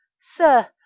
Sir